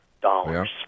dollars